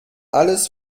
alles